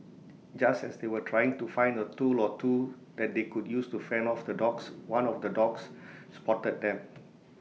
just as they were trying to find A tool or two that they could use to fend off the dogs one of the dogs spotted them